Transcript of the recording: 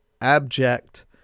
abject